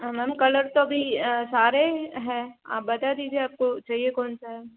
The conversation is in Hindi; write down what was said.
हाँ मैम कलर सब भी सारे हैं आप बता दीजिए आपको चाहिए कौन सा